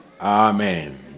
amen